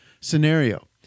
Scenario